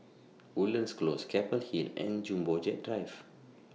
Woodlands Close Keppel Hill and Jumbo Jet Drive